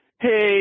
Hey